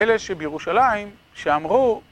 אלה שבירושלים שאמרו